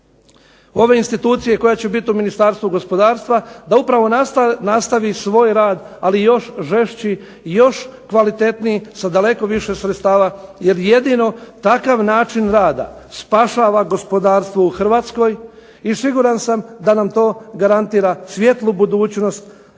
ove institucije koja će biti u Ministarstvu gospodarstva da upravo nastavi svoj rad, ali još žešći i još kvalitetniji sa daleko više sredstava jer jedino takav način rada spašava gospodarstvo u Hrvatskoj i siguran sam da nam to garantira svijetlu budućnost kako